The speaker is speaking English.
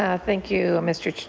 ah thank you, mr.